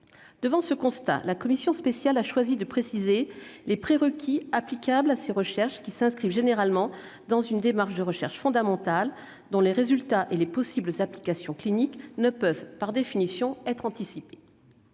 Devant ce constat, la commission spéciale a choisi de préciser les prérequis applicables à ces recherches, qui s'inscrivent généralement dans une démarche de recherche fondamentale, dont, par définition, les résultats et les possibles applications cliniques ne peuvent être anticipés.